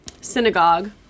synagogue